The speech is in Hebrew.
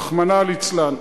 רחמנא ליצלן,